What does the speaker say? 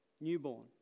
newborn